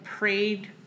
Prayed